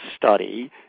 study